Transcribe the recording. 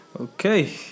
Okay